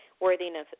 worthiness